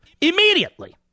Immediately